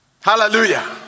Hallelujah